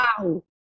Wow